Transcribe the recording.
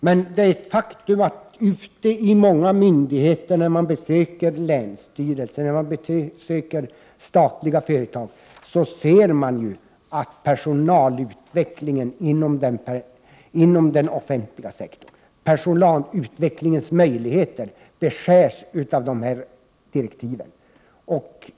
Men det är ett faktum att man vid besök på myndigheter, länsstyrelser, statliga företag, osv., ser att personalutvecklingens möjligheter inom den offentliga sektorn beskärs av dessa direktiv.